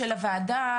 של הוועדה,